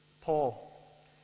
Paul